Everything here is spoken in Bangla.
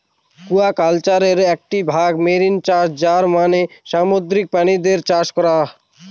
একুয়াকালচারের একটি ভাগ মেরিন চাষ যার মানে সামুদ্রিক প্রাণীদের চাষ করা